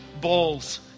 balls